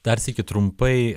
dar sykį trumpai